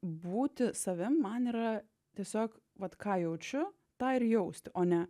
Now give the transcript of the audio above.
būti savim man yra tiesiog vat ką jaučiu tą ir jausti o ne